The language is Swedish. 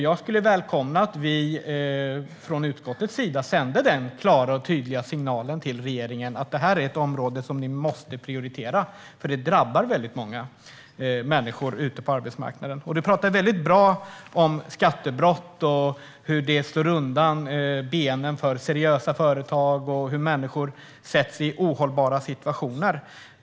Jag skulle välkomna att vi från utskottets sida sände en klar och tydlig signal till regeringen om att detta är ett arbete som man måste prioritera, för det drabbar väldigt många människor ute på arbetsmarknaden. Du talar bra om skattebrott och om hur det slår undan benen för seriösa företag och hur människor försätts i ohållbara situationer.